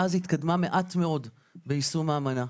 מאז התקדמה מעט מאוד ביישום האמנה.